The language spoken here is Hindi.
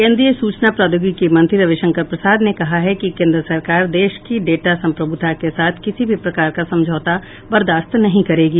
केंद्रीय सूचना प्रौद्योगिकी मंत्री रविशंकर प्रसाद ने कहा है कि केन्द्र सरकार देश की डेटा संप्रभुत्ता के साथ किसी भी प्रकार का समझौता बर्दाश्त नहीं करेगी